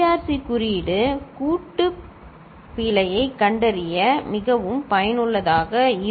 C குறியீடு கூட்டு பிழையைக் கண்டறிய மிகவும் பயனுள்ளதாக இருக்கும்